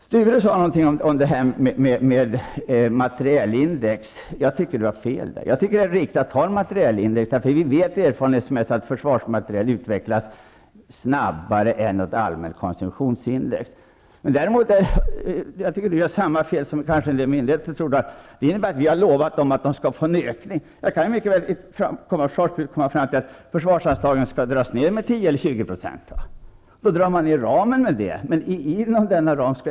Sture Ericson talade om materielindex. Men jag tycker att han har fel på den punkten. Själv tycker jag att det är riktigt att ha ett materielindex. Erfarenhetsmässigt vet vi att försvarsmaterielen utvecklas snabbare än vad ett allmänt konsumtionsindex gör. Jag tycker att Sture Ericson gör samma fel som en del myndigheter verkar göra om han tror att vi har utlovat en ökning. Försvarsbeslutet kan ju mycket väl innebära att försvarsanslagen skall dras ner med 10 eller 20 %. Ramen minskas sedan i motsvarande omfattning.